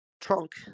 trunk